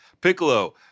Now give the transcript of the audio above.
Piccolo